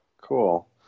Cool